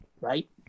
right